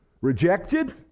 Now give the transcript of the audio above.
rejected